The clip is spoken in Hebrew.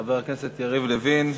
חבר הכנסת יריב לוין.